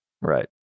right